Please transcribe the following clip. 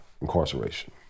incarceration